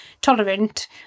tolerant